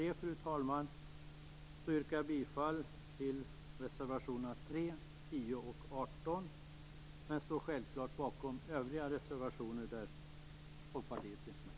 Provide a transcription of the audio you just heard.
Med detta yrkar jag bifall till reservationerna 3, 10 och 18 men står självfallet även bakom övriga reservationer där Folkpartiet finns med.